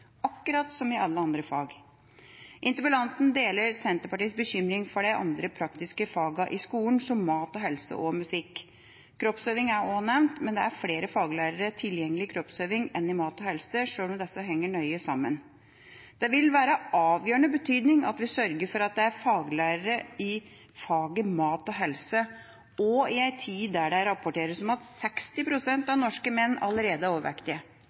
akkurat som i alle andre fag. Interpellanten deler Senterpartiets bekymring for de andre praktiske fagene i skolen, som mat og helse og musikk. Kroppsøving er også nevnt, men det er flere faglærere tilgjengelig i kroppsøving enn i mat og helse, sjøl om disse henger nøye sammen. Det vil være av avgjørende betydning at vi sørger for at det er faglærere i faget mat og helse, også i en tid der det rapporteres om at 60 pst. av norske menn allerede er overvektige.